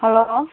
hello